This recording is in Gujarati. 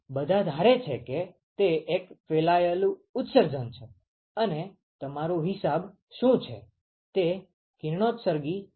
તે બધા ધારે છે કે તે એક ફેલાયેલું ઉત્સર્જન છે અને તમારું હિસાબ શું છે તે કિરણોત્સર્ગ છે